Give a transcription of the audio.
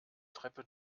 treppe